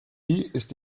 ist